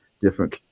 different